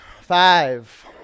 Five